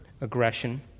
aggression